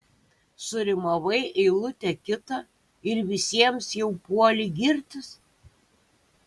surimavai eilutę kitą ir visiems jau puoli girtis